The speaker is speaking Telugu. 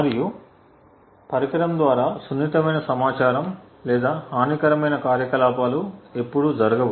మరియు పరికరం ద్వారా సున్నితమైన సమాచారం లేదా హానికరమైన కార్యకలాపాలు ఎప్పుడూ జరగవు